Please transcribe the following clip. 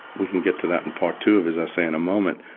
we can get to that in part two of his essay in a moment.